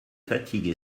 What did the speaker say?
fatigue